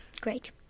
great